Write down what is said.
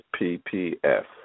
PPF